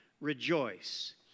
rejoice